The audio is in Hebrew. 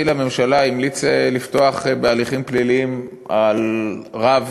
לממשלה המליץ לפתוח בהליכים פליליים נגד רב